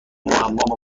معما